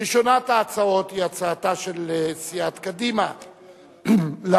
ראשונת ההצעות היא הצעתה של סיעת קדימה להביע